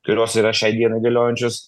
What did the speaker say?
kurios yra šiai dienai galiojančios